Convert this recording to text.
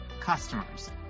customers